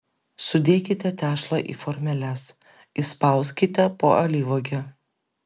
sudėkite tešlą į formeles įspauskite po alyvuogę